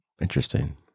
Interesting